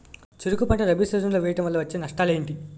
చెరుకు పంట రబీ సీజన్ లో వేయటం వల్ల వచ్చే నష్టాలు ఏంటి?